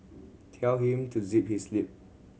tell him to zip his lip